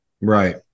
right